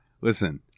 Listen